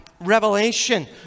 revelation